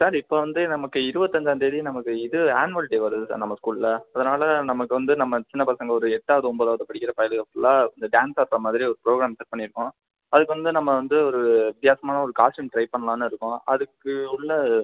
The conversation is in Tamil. சார் இப்போ வந்து நமக்கு இருவத்தஞ்சாந்தேதி நமக்கு இது ஆன்வள்டே வருது சார் நம்ம ஸ்கூலில் அதனால் நமக்கு வந்து நம்ம சின்ன பசங்க ஒரு ஒரு எட்டாவது ஒம்போதாவது படிக்கிற பயளுக ஃபுல்லாக இந்த டேன்ஸ் ஆடுறா மாதிரி ஒரு புரோகிராம் செட் பண்ணிருக்கோம் அதற்கு வந்து நம்ம வந்து ஒரு வித்தியாசமான ஒரு காஸ்ட்டியூம் டிரை பண்ணலான்னு இருக்கோம் அதற்கு உள்ள